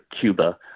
Cuba